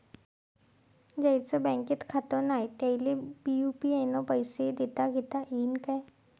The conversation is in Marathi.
ज्याईचं बँकेत खातं नाय त्याईले बी यू.पी.आय न पैसे देताघेता येईन काय?